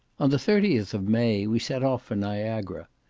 on the thirtieth of may we set off for niagara.